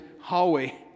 hallway